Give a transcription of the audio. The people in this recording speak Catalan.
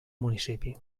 municipi